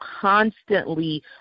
constantly